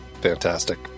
Fantastic